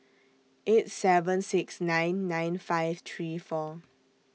eight seven six nine nine five three four